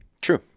True